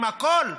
עם הכול.